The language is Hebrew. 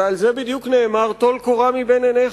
ועל זה בדיוק נאמר: טול קורה מבין עיניך.